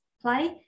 play